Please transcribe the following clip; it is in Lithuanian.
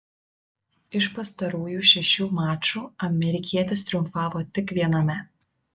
iš pastarųjų šešių mačų amerikietis triumfavo tik viename